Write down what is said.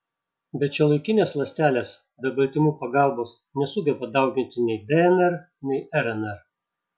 bet šiuolaikinės ląstelės be baltymų pagalbos nesugeba dauginti nei dnr nei rnr